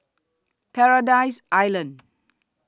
Paradise Island